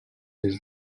des